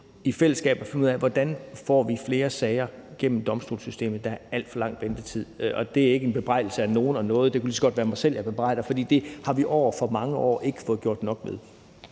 i fællesskab at finde ud af, hvordan vi får flere sager igennem domstolssystemet. Der er alt for lang ventetid, og det er ikke en bebrejdelse af nogen eller noget; det kunne lige så godt være mig selv, jeg bebrejder, for det har vi over for mange år ikke fået gjort nok ved.